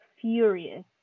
furious